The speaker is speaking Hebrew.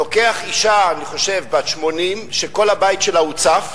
לוקח אשה, אני חושב בת 80, שכל הבית שלה הוצף,